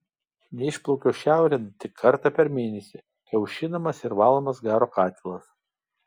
neišplaukia šiaurėn tik kartą per mėnesį kai aušinamas ir valomas garo katilas